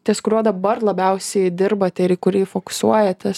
ties kuriuo dabar labiausiai dirbat ir į kurį fokusuojatės